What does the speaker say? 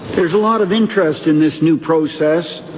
there's a lot of interest in this new process,